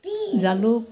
জালুক